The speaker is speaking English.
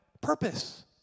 purpose